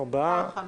הצבעה בעד,